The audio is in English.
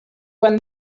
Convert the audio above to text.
when